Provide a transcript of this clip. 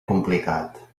complicat